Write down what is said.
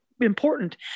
important